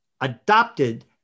adopted